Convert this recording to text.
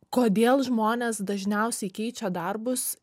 kodėl žmonės dažniausiai keičia darbus